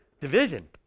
Division